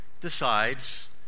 decides